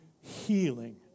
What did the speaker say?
healing